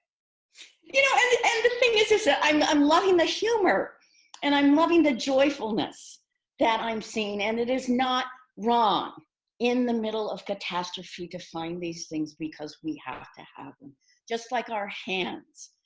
you know and the and the thing is is ah i'm i'm loving the humor and i'm loving the joyfulness that i'm seeing. and it is not wrong in the middle of catastrophe to find these things because we have to have them just like our hands,